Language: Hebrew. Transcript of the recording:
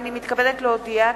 הנני מתכבדת להודיע,